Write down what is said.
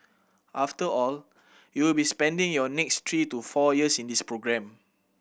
after all you will be spending your next three to four years in this programme